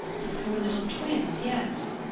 the poor little twins, yes.